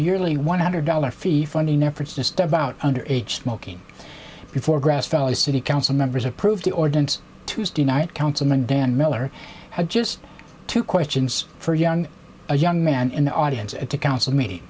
yearly one hundred dollars fee funny never just about under age smoking before grass valley city council members approved the ordinance tuesday night councilman dan miller had just two questions for a young a young man in the audience at a council meeting